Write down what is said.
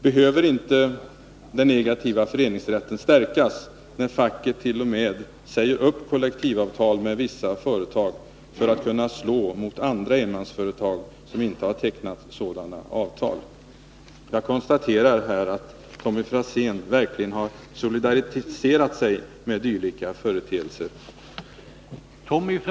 Behöver inte den negativa föreningsrätten stärkas, när facket t.o.m. säger upp kollektivavtal med vissa företag, för att kunna slå mot andra enmansföretag som inte har tecknat sådana avtal? Jag konstaterar nu att Tommy Franzén verkligen har solidariserat sig med dylika företeelser.